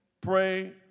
Pray